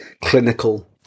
clinical